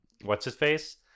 what's-his-face